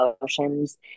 emotions